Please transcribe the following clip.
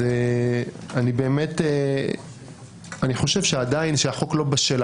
אז אני באמת חושב שעדין החוק לא בשל.